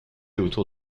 autour